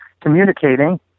communicating